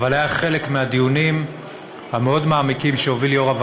ונטל חלק בדיונים המאוד-מעמיקים שהוביל יושב-ראש